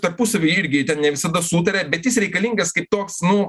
tarpusavy irgi ne visada sutaria bet jis reikalingas kaip toks nu